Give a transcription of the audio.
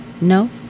No